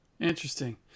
Interesting